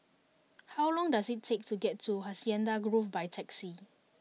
how long does it take to get to Hacienda Grove by taxi